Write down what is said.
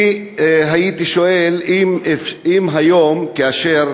אני הייתי שואל אם היום, כאשר